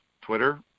Twitter